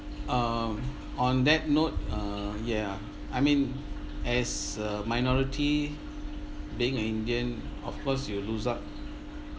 um on that note uh yeah I mean as a minority being an indian of course you'll lose out